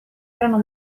erano